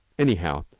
anyhow,